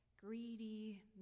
greedy